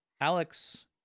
alex